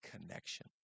connection